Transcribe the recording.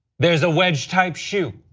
there's a wedge type shoe.